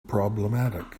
problematic